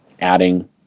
adding